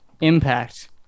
impact